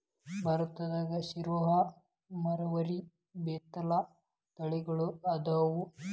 ಭಾರತದಾಗ ಸಿರೋಹಿ, ಮರವಾರಿ, ಬೇತಲ ತಳಿಗಳ ಅದಾವ